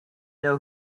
know